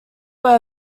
were